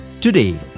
Today